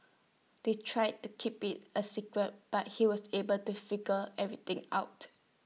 they tried to keep IT A secret but he was able to figure everything out